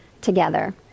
together